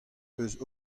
eus